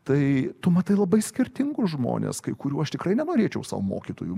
tai tu matai labai skirtingus žmones kai kurių aš tikrai nenorėčiau sau mokytojų